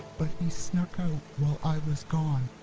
but he snuck out while i was gone.